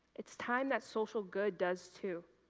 it's time that social good does, too.